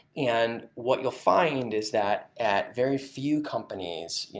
and what you'll find is that at very few companies,